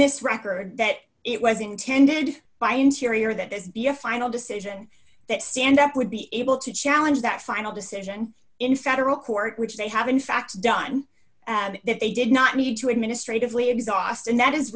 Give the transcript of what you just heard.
this record that it was intended by interior that this be a final decision that stand up would be able to challenge that final decision in federal court which they have in fact done that they did not need to administratively exhaust and that is